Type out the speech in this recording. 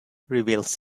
reveals